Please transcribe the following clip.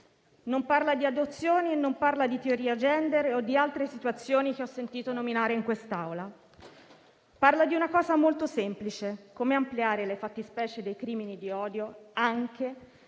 non parla di adozioni e non parla di teoria *gender* o di altre situazioni che ho sentito nominare in quest'Aula; parla di una cosa molto semplice: come ampliare le fattispecie dei crimini di odio anche